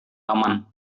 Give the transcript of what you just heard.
taman